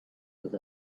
with